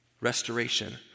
Restoration